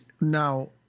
now